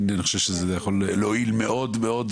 אני חושב שזה יכול להועיל מאוד מאוד,